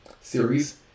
series